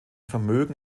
vermögen